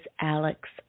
Alex